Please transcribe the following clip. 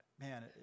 man